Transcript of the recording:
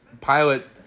pilot